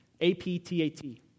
A-P-T-A-T